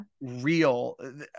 real